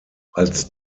als